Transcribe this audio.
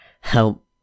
help